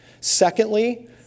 Secondly